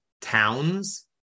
towns